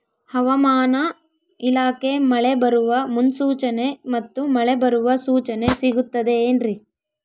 ಹವಮಾನ ಇಲಾಖೆ ಮಳೆ ಬರುವ ಮುನ್ಸೂಚನೆ ಮತ್ತು ಮಳೆ ಬರುವ ಸೂಚನೆ ಸಿಗುತ್ತದೆ ಏನ್ರಿ?